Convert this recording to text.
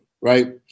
right